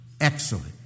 Excellent